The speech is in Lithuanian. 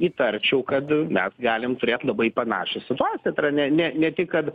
įtarčiau kad mes galim turėt labai panašią situaciją tai yra ne ne ne tik kad